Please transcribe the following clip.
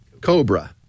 cobra